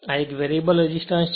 આ એક variable resistance છે